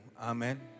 Amen